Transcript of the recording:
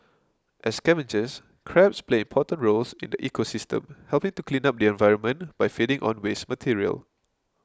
as scavengers crabs play important roles in the ecosystem helping to clean up the environment by feeding on waste material